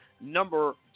number